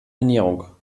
ernährung